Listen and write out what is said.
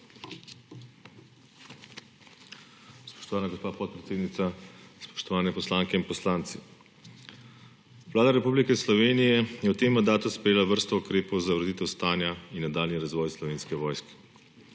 Spoštovana gospa podpredsednica, spoštovane poslanke in poslanci! Vlada Republike Slovenije je v tem mandatu sprejela vrsto ukrepov za ureditev stanja in nadaljnji razvoj Slovenske vojske.